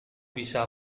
bisa